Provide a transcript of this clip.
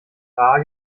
rar